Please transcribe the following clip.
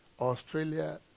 Australia